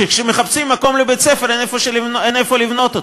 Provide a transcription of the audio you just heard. שכשמחפשים מקום לבית-ספר, אין איפה לבנות אותו,